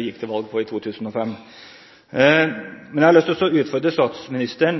gikk til valg på i 2005. Selv om statsministeren